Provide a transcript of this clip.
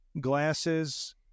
glasses